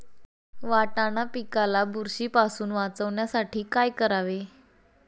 वाटाणा पिकाला बुरशीपासून वाचवण्यासाठी काय करावे?